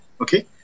Okay